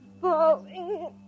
falling